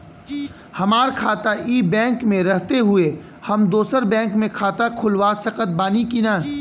हमार खाता ई बैंक मे रहते हुये हम दोसर बैंक मे खाता खुलवा सकत बानी की ना?